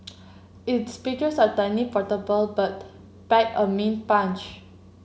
its speakers are tiny portable but pack a mean punch